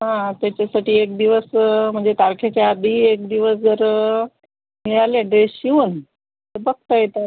हां त्याच्यासाठी एक दिवस म्हणजे तारखेच्या आधी एक दिवस जर मिळाले ड्रेस शिवून तर बघता येतात